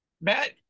Matt